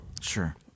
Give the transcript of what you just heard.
Sure